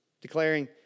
declaring